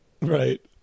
Right